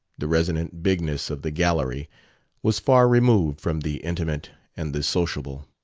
the resonant bigness of the gallery was far removed from the intimate and the sociable.